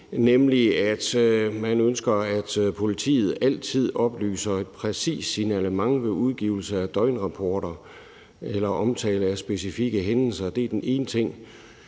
to ting. Den ene er, at politiet altid oplyser et præcist signalement ved udgivelse af døgnrapporter eller omtale af specifikke hændelser. Jeg må sige, at